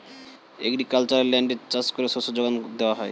agricultural ল্যান্ডে চাষ করে শস্য যোগান দেওয়া হয়